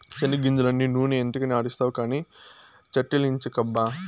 చెనిగ్గింజలన్నీ నూనె ఎంతకని ఆడిస్తావు కానీ చట్ట్నిలకుంచబ్బా